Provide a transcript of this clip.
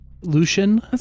Lucian